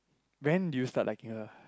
when do you start liking her